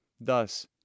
thus